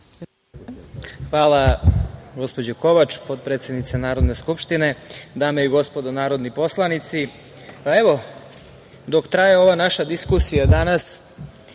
Hvala, gospođo Kovač, potpredsednice Narodne skupštine. Dame i gospodo narodni poslanici, dok traje ova naša diskusija danas